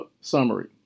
Summary